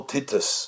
Titus